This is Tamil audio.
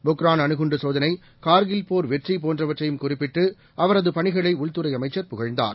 பொக்ரான் அணுகுண்டு சோதனை கார்கில் போர் வெற்றி போன்றவற்றையும் குறிப்பிட்டு வாஜ்பாய் பணிகளை உள்துறை அமைச்சர் புகழ்ந்தார்